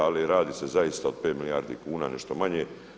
Ali radi se zaista o pet milijardi kuna, nešto manje.